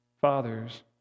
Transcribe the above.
fathers